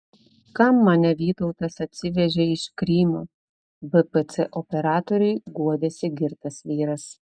kam mane vytautas atsivežė iš krymo bpc operatoriui guodėsi girtas vyras